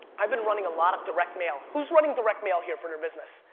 i been running a lot of direct mail. who's running direct mail here for their business?